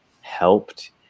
helped